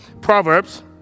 Proverbs